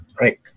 Right